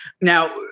now